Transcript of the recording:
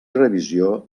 revisió